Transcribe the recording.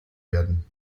werden